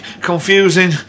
confusing